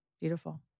Beautiful